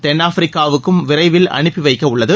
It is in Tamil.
தென்னாப்பிரிக்காவுக்கும் விரைவில் அனுப்பி வைக்கப்படவுள்ளது